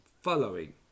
following